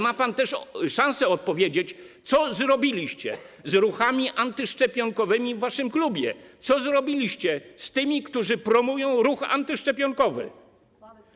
Ma pan też szansę odpowiedzieć, co zrobiliście z ruchami antyszczepionkowymi w waszym klubie, co zrobiliście z tymi, którzy promują ruch antyszczepionkowy.